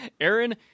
Aaron